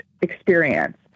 experience